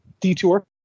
detour